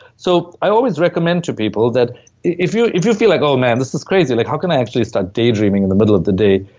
so i always recommend to people that if you if you feel like, oh man. this is crazy. like, how can i actually start daydreaming in the middle of the day?